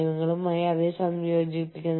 അതാണ് ഔട്ട്സോഴ്സിംഗ്